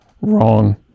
wrong